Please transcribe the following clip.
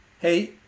Hey